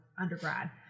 undergrad